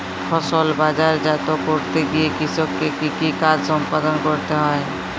ফসল বাজারজাত করতে গিয়ে কৃষককে কি কি কাজ সম্পাদন করতে হয়?